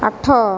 ଆଠ